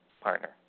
partner